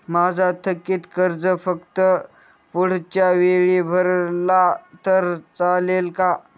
माझा थकीत कर्ज हफ्ता पुढच्या वेळी भरला तर चालेल का?